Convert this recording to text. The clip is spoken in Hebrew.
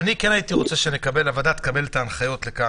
אני רוצה שהוועדה תקבל את ההנחיות לכאן,